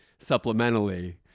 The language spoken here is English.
supplementally